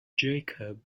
jacob